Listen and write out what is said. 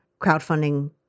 crowdfunding